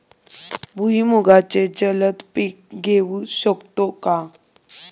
भुईमुगाचे जलद पीक घेऊ शकतो का?